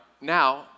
now